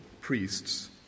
priests